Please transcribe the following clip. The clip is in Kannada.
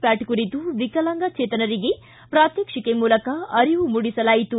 ಪ್ಟಾಟ್ ಕುರಿತು ವಿಕಲಾಂಗಚೇನರಿಗೆ ಪ್ರಾತ್ಮಕ್ಷಿಕವಾಗಿ ಅರಿವು ಮೂಡಿಸಲಾಯಿತು